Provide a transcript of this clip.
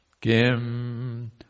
Kim